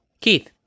Keith